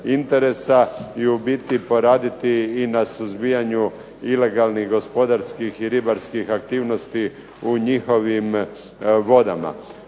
i u biti poraditi i na suzbijanju ilegalnih gospodarskih i ribarskih aktivnosti u njihovim vodama.